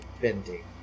Bending